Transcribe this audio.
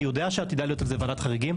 אני יודע שעתידה להיות על זה ועדת חריגים,